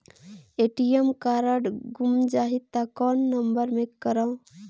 ATM card गुम जाही त कौन नम्बर मे करव?